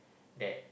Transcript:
that